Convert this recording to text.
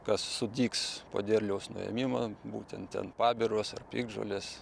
kas sudygs po derliaus nuėmimo būtent ten pabiros ar piktžolės